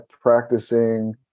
practicing